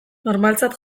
normaltzat